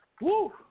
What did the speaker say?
Woo